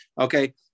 okay